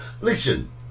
Listen